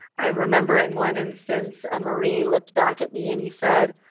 i remember in one instance a marine looked back at me and he said,